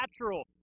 natural